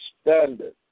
standard